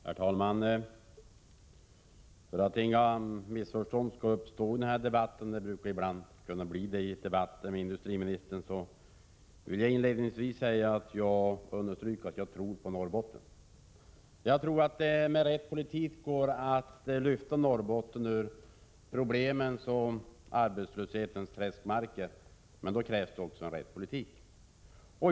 Herr talman! För att inga missförstånd skall uppstå i debatten, det brukar ibland kunna bli det i debatter med industriministern, vill jag inledningsvis understryka att jag tror på Norrbotten. Jag tror att det går att lyfta Norrbotten ur problemens och arbetslöshetens träskmarker. Men för detta krävs den rätta politiken.